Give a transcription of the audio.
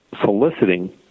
soliciting